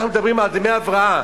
אנחנו מדברים על דמי הבראה,